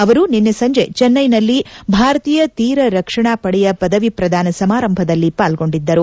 ಅವರು ನಿನ್ನೆ ಸಂಜೆ ಚೆನ್ಟೈನಲ್ಲಿ ಭಾರತೀಯ ತೀರ ರಕ್ಷಣಾ ಪಡೆಯ ಪದವಿ ಪ್ರದಾನ ಸಮಾರಂಭದಲ್ಲಿ ಪಾಲ್ಗೊಂಡಿದ್ದರು